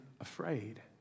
afraid